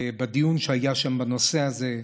בדיון שהיה שם בנושא הזה.